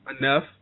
enough